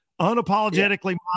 unapologetically